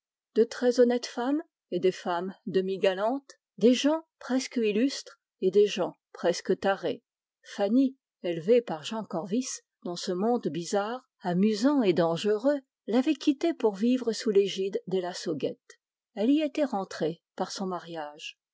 de très honnêtes femmes et des femmes faciles des gens presque illustres et des gens presque tarés fanny élevée par jean corvis dans ce monde bizarre l'avait quitté pour vivre sous l'égide des lassauguette elle y était rentrée par son mariage